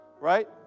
right